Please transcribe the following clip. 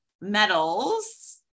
medals